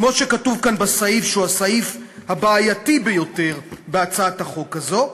כמו שכתוב כאן בסעיף שהוא הבעייתי ביותר בהצעת החוק הזאת: